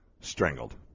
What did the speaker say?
strangled